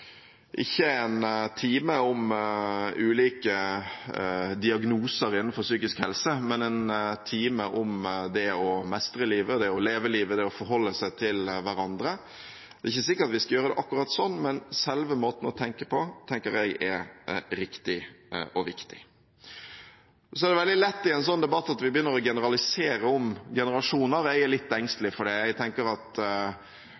ikke en time om ulike diagnoser innenfor psykisk helse, men en time om det å mestre livet, det å leve livet, det å forholde seg til hverandre. Det er ikke sikkert vi skal gjøre det akkurat slik, men selve måten å tenke på mener jeg er riktig og viktig. Så er det veldig lett i en slik debatt at vi begynner å generalisere om generasjoner. Jeg er litt